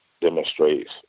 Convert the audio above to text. demonstrates